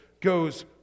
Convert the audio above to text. goes